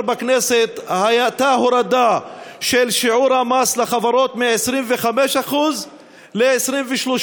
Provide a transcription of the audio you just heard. בכנסת הייתה הורדה של שיעור המס לחברות מ-25% ל-23%.